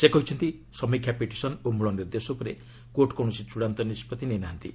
ସେ କହିଛନ୍ତି ସମୀକ୍ଷା ପିଟିସନ୍ ଓ ମୂଳ ନିର୍ଦ୍ଦେଶ ଉପରେ କୋର୍ଟ କୌଣସି ଚ୍ଚଡ଼ାନ୍ତ ନିଷ୍କଭି ନେଇ ନାହାନ୍ତି